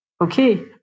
Okay